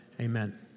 Amen